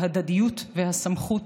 ההדדיות והסמכות,